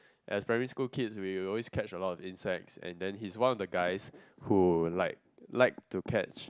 as primary school kids we would always catch a lot of insects and then he's one of the guys who like like to catch